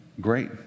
great